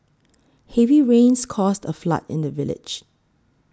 heavy rains caused a flood in the village